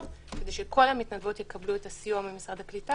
כדי שכל המתנדבות יקבלו את הסיוע ממשרד הקליטה.